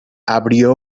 abrió